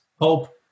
Hope